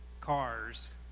cars